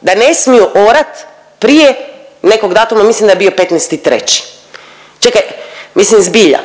da ne smiju orati prije nekog datuma. Mislim da je bio 15.3.? Čekaj, mislim zbilja.